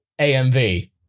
AMV